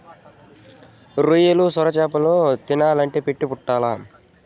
రొయ్యలు, సొరచేపలు తినాలంటే పెట్టి పుట్టాల్ల